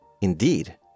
Indeed